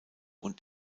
und